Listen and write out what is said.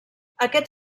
aquest